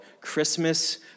Christmas